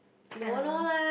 I don't know